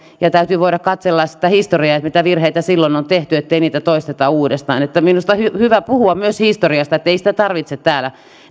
ja täytyy voida katsella sitä historiaa mitä virheitä silloin on tehty ettei niitä toisteta uudestaan että minusta on hyvä puhua myös historiasta ei sitä tarvitse täällä